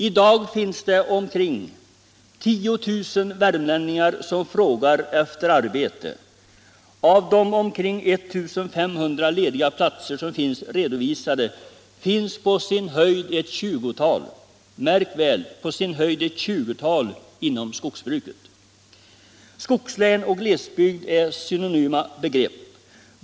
I dag finns det omkring 10 000 värmlänningar som frågar efter arbete. Av de omkring 1 500 lediga platser som är redovisade finns på sin höjd ett tjugotal i skogsbruket. Skogslän och glesbygd är synonyma begrepp.